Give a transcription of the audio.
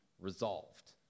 resolved